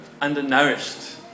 undernourished